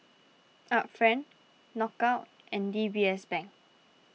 Art Friend Knockout and D B S Bank